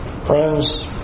Friends